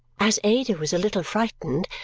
as ada was a little frightened,